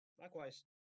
Likewise